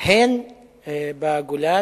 הן בגולן.